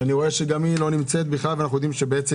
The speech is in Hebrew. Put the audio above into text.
שגם היא לא נמצאת והיתה,